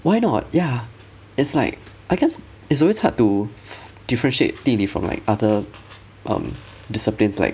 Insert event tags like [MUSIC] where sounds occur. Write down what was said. why not ya it's like I guess it's always hard to [BREATH] differentiate 地理 from like other um disciplines like